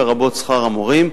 לרבות שכר המורים,